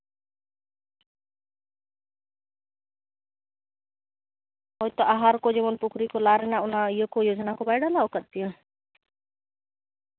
ᱦᱳᱭᱛᱚ ᱟᱦᱟᱨ ᱠᱚ ᱡᱮᱢᱚᱱ ᱯᱩᱠᱷᱨᱤ ᱠᱚ ᱞᱟ ᱨᱮᱱᱟᱜ ᱚᱱᱟ ᱠᱚ ᱡᱚᱡᱳᱱᱟ ᱠᱚ ᱵᱟᱭ ᱰᱟᱞᱟᱣ ᱠᱟᱫ ᱯᱮᱭᱟ